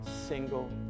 single